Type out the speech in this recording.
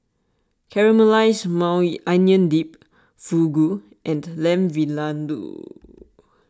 Caramelized Maui Onion Dip Fugu and Lamb Vindaloo